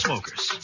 Smokers